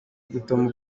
rutamu